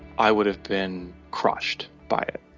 i would have been crushed by it,